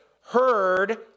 heard